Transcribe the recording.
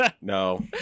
no